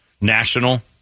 national